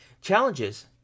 Challenges